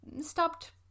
stopped